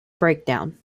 breakdown